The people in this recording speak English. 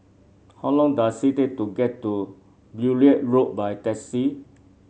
how long does it take to get to Beaulieu Road by taxi